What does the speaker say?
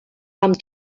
amb